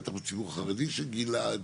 בטח בציבור החרדי של גלעד,